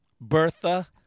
Bertha